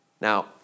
Now